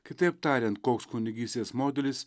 kitaip tariant koks kunigystės modelis